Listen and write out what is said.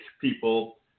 people